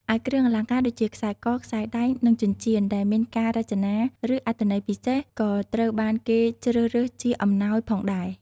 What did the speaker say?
ឯគ្រឿងអលង្ការ ដូចជា ខ្សែក ខ្សែដៃ និងចិញ្ចៀន ដែលមានការរចនា ឬអត្ថន័យពិសេសក៏ត្រូវបានគេជ្រើរើសជាអំណោយផងដែរ។